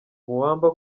muamba